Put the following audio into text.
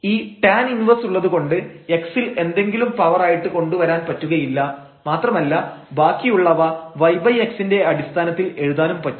ഈ tan 1 ഉള്ളതുകൊണ്ട് x ൽ എന്തെങ്കിലും പവർ ആയിട്ട് കൊണ്ടു വരാൻ പറ്റുകയില്ല മാത്രമല്ല ബാക്കിയുള്ളവ yx ന്റെ അടിസ്ഥാനത്തിൽ എഴുതാനും പറ്റില്ല